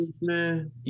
man